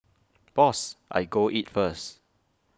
boss I go eat first